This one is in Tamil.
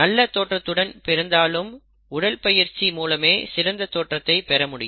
நல்ல தோற்றத்துடன் பிறந்திருந்தாலும் உடற்பயிற்சி மூலமே சிறந்த தோற்றத்தை பெற முடியும்